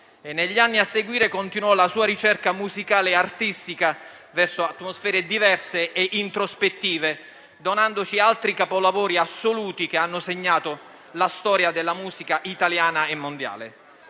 Negli anni a seguire continuò la sua ricerca musicale e artistica verso atmosfere diverse e introspettive, donandoci altri capolavori assoluti che hanno segnato la storia della musica italiana e mondiale.